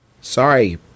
Sorry